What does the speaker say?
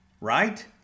right